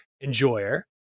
enjoyer